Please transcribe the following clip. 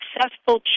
Successful